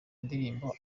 indirimbo